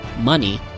money